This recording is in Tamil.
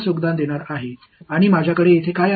நான் இங்கே என்ன வைத்திருக்கிறேன்